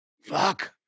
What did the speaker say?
Fuck